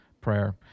prayer